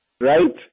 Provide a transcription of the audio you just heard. right